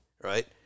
right